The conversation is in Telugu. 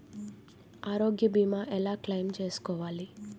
ఆరోగ్య భీమా ఎలా క్లైమ్ చేసుకోవాలి?